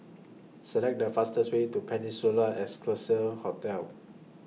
Select The fastest Way to Peninsula Excelsior Hotel